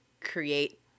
create